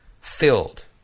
filled